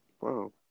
Wow